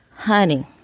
honey